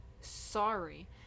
Sorry